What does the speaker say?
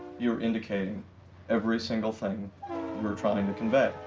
you're indicating every single thing you're trying to convey.